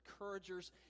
encouragers